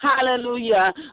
Hallelujah